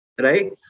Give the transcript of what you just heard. Right